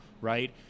Right